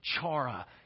chara